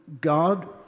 God